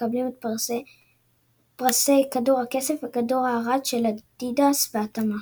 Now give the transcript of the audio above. מקבלים את פרסי כדור הכסף וכדור הארד של אדידס בהתאמה.